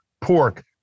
pork